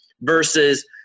versus